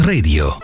Radio